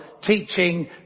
teaching